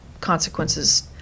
consequences